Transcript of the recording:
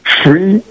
free